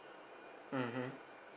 mmhmm